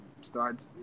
start